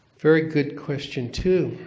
very good question, too